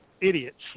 idiots